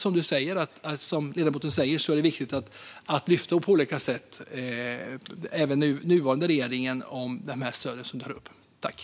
Precis som ledamoten säger är det viktigt att på olika sätt ta upp detta med stöden även med den nuvarande regeringen.